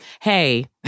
hey